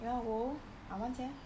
you want to go I want sia